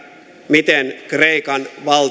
miten kreikan valtion käy